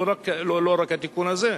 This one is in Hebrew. לא רק התיקון הזה,